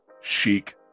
chic